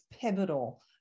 pivotal